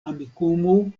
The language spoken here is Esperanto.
amikumu